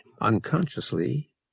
unconsciously